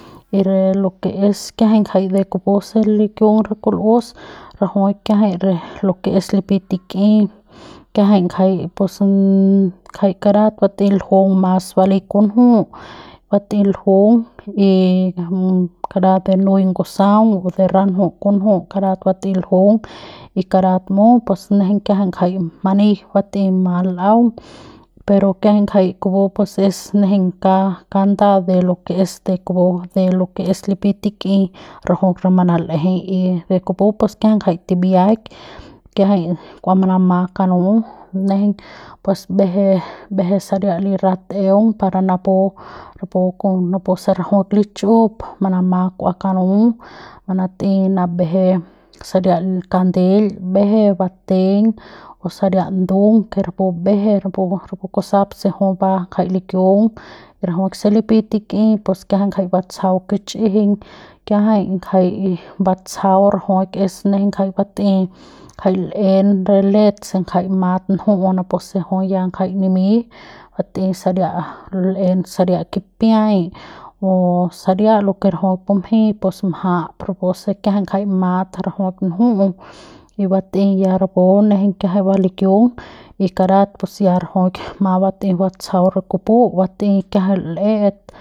y de lo que es kiajay jay de kupu se likiung re kul'us rajuik kiajay re lo que lipiy tik'i kiajay ngajay karat bat'ey ljung mas bali kunju bat'ey ljung y karat de lu'uey ngusaung o de ranju kunju karat bat'ey ljung y karat mut pus nejeiñ kiajay ngajay many bat'ey ma l'aung pero kiajay ngajay kupu se es nejeiñ canda de lo que es de kupu de lo que es lipy tik'i rajuik re manal'ejey y de kupu pus kiajay ngajay tibiak kiajay kua manama kanu nejeiñ pus mbeje mbeje saria li rat'eung para napu napu se rajuk lichiup manama kua kanu manat'ey nabeje saria kandel mbeje bateiñ o saria ndung que rapu mbeje rapu kusap se juy va jay likiung rajuk se lipy tik'i pus kiajay jay batsajau kuchijiñ kiajay ngajay y batsajau rajuik es nejeiñ kjay bat'ey ngajay l'en re let se kjay mat nju'u napu se ya ngajay nimy bat'ey saria l'en saria kipiay o saria lo que rajuik bumjey pus mjap rapu se kiajay ngajay mat rajuik nju'u y bat'ey ya rapu nejeiñ kiajay va likiung y karat pus ya rajuik ma bat'ey batsajau re kupu bat'ey kiajay l'et.